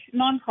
nonprofit